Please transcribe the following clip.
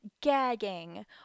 gagging